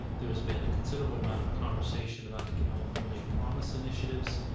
there has been a considerable amount of conversation about the california promise initiatives.